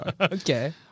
Okay